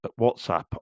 WhatsApp